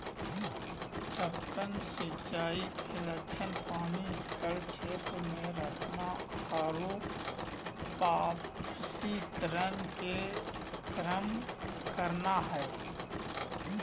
टपकन सिंचाई के लक्ष्य पानी जड़ क्षेत्र में रखना आरो वाष्पीकरण के कम करना हइ